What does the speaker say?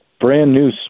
brand-new